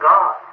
God